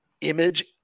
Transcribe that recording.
image